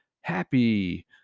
happy